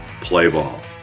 PLAYBALL